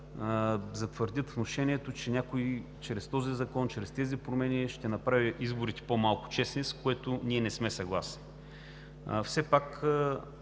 затвърдят внушението, че някой чрез този закон, чрез тези промени ще направи изборите по-малко честни, с което ние не сме съгласни. Все пак